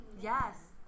Yes